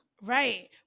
right